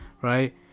right